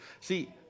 See